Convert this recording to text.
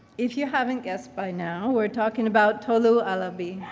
if you haven't guessed by now, we're talking about tolu alabi.